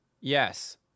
Yes